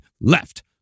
LEFT